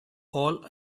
all